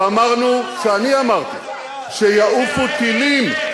כשאמרנו, כשאני אמרתי שיעופו טילים,